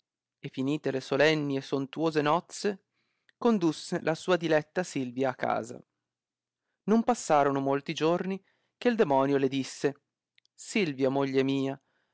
e finite le solenni e sontuose nozze condusse la sua diletta silvia a casa non passorono molti giorni che demonio le disse silvia moglie mia